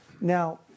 Now